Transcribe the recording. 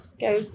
go